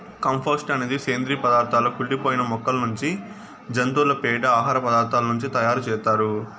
compost అనేది సేంద్రీయ పదార్థాల కుళ్ళి పోయిన మొక్కల నుంచి, జంతువుల పేడ, ఆహార పదార్థాల నుంచి తయారు చేత్తారు